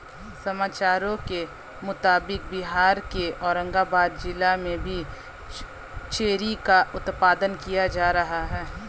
समाचारों के मुताबिक बिहार के औरंगाबाद जिला में भी चेरी का उत्पादन किया जा रहा है